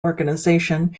organization